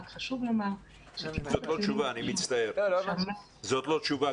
חשוב לומר --- גבירתי, זו לא תשובה.